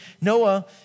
Noah